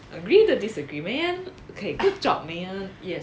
agree to disagree man okay good job man yes